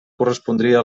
correspondria